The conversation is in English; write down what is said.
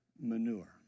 manure